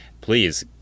please